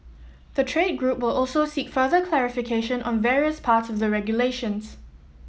the trade group will also seek further clarification on various parts of the regulations